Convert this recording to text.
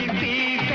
be